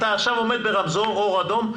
אתה עכשיו עומד ברמזור אור אדום,